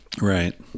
Right